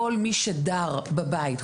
כל מי שגר בבית,